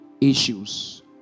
issues